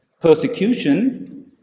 persecution